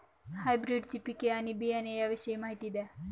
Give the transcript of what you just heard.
हायब्रिडची पिके आणि बियाणे याविषयी माहिती द्या